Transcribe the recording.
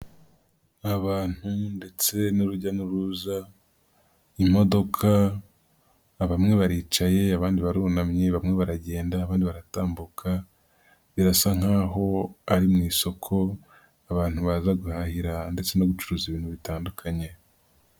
Abantu ndetse n'urujya n'uruza, imodoka, bamwe baricaye, abandi barunamye, bamwe baragenda , abandi baratambuka, birasa nkaho ari mu isoko, abantu baza guhahira ndetse no gucuruza ibintu bitandukanye.